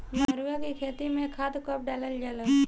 मरुआ के खेती में खाद कब डालल जाला?